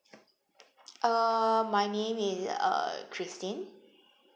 uh my name is uh christine